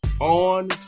on